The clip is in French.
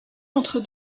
entre